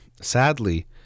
sadly